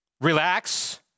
Relax